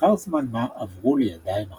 ולאחר זמן מה עברו לידיים אחרות.